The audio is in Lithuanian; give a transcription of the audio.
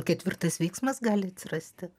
ketvirtas veiksmas gali atsirasti